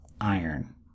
iron